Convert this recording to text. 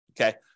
okay